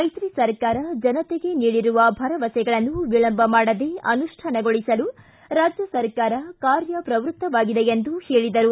ಮೈತ್ರಿ ಸರ್ಕಾರ ಜನತೆಗೆ ನೀಡಿರುವ ಭರವಸೆಗಳನ್ನು ವಿಳಂಬ ಮಾಡದೇ ಅನುಷ್ಟಾನಗೊಳಿಸಲು ರಾಜ್ಯ ಸರ್ಕಾರ ಕಾರ್ಯ ಪ್ರವೃತ್ತವಾಗಿದೆ ಎಂದು ಹೇಳಿದರು